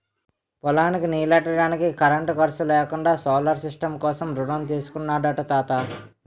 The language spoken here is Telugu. పొలానికి నీల్లెట్టడానికి కరెంటు ఖర్సు లేకుండా సోలార్ సిస్టం కోసం రుణం తీసుకున్నాడట తాత